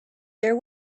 there